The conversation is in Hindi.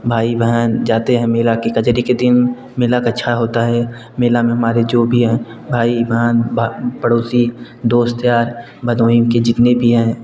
भाई बहन जाते हैं मेले के कजरी के दिन मेला एक अच्छा होता है मेले में हमारे जो भी हैं भाई बहन भ पड़ोसी दोस्त यार भदोही के जितने भी हैं